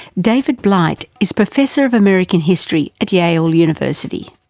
david blight is professor of american history at yale university.